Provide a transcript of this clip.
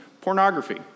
Pornography